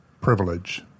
privilege